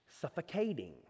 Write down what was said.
suffocating